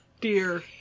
Dear